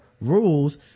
rules